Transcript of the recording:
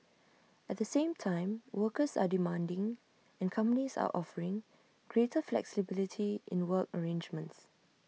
at the same time workers are demanding and companies are offering greater flexibility in work arrangements